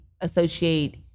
associate